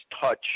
touch